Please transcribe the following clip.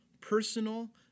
personal